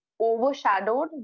overshadowed